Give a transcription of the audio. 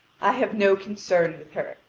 i have no concern with her,